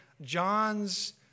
John's